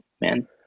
man